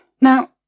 Now